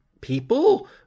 people